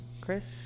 chris